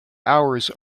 hours